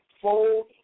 fold